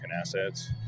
assets